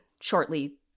shortly